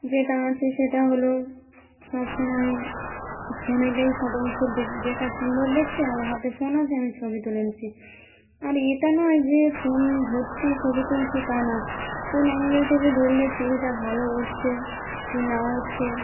যেটা আছে সেটা হলো সবসময় ফোনেতেই ফটো উঠছে যেটা সুন্দর দেখছি আমার হাতে ফোন আছে আমি ছবি তুলে নিচ্ছি আর এটা নয় যে ফোন ধরছি ছবি তুলছি তা না কোন অ্যাঙ্গেল থেকে ধরলে ছবিটা ভালো উঠছে কি না উঠছে